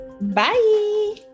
bye